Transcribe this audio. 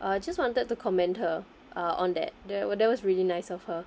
uh just wanted to comment her uh on that tha~ that was really nice of her